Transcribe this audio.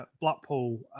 Blackpool